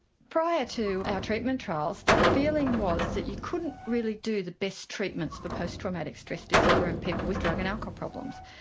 prior to our treatment trials the feeling was that you couldn't really do the best treatments for post traumatic stress disorder and people with drug and alcohol problems.